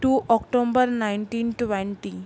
two October nineteen twenty